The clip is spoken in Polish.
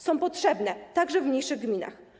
Są potrzebne także w mniejszych gminach.